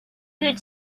could